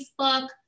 Facebook